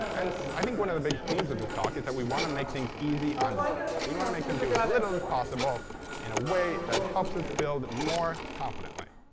and i think one of the biggest themes of this talk is that we want to make things easy on developers. we want to make them do as little as possible in a way that helps us build more confidently.